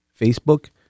Facebook